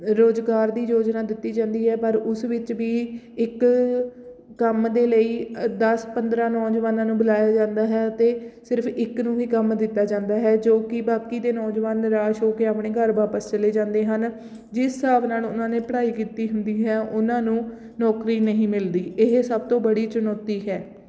ਰੁਜ਼ਗਾਰ ਦੀ ਯੋਜਨਾ ਦਿੱਤੀ ਜਾਂਦੀ ਹੈ ਪਰ ਉਸ ਵਿੱਚ ਵੀ ਇੱਕ ਕੰਮ ਦੇ ਲਈ ਦਸ ਪੰਦਰ੍ਹਾਂ ਨੌਜਵਾਨਾਂ ਨੂੰ ਬੁਲਾਇਆ ਜਾਂਦਾ ਹੈ ਅਤੇ ਸਿਰਫ ਇੱਕ ਨੂੰ ਹੀ ਕੰਮ ਦਿੱਤਾ ਜਾਂਦਾ ਹੈ ਜੋ ਕਿ ਬਾਕੀ ਦੇ ਨੌਜਵਾਨ ਨਿਰਾਸ਼ ਹੋ ਕੇ ਆਪਣੇ ਘਰ ਵਾਪਸ ਚਲੇ ਜਾਂਦੇ ਹਨ ਜਿਸ ਹਿਸਾਬ ਨਾਲ ਉਹਨਾਂ ਨੇ ਪੜ੍ਹਾਈ ਕੀਤੀ ਹੁੰਦੀ ਹੈ ਉਹਨਾਂ ਨੂੰ ਨੌਕਰੀ ਨਹੀਂ ਮਿਲਦੀ ਇਹ ਸਭ ਤੋਂ ਬੜੀ ਚੁਣੌਤੀ ਹੈ